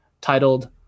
titled